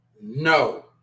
No